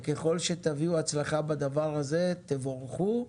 ככל שתביאו הצלחה בדבר הזה, תבורכו.